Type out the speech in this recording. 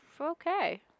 Okay